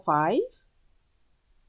five